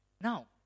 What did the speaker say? Now